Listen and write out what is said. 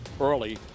early